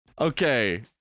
Okay